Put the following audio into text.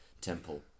temple